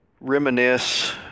reminisce